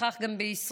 וכך גם בישראל.